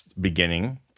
beginning